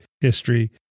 history